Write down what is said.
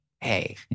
Hey